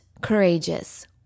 courageous